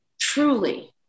truly